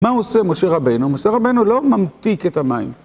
מה עושה משה רבנו? משה רבנו לא ממתיק את המים.